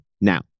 Now